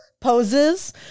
poses